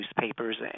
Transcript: newspapers